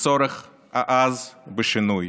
לצורך העז בשינוי.